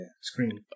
screen